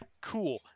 Cool